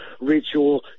ritual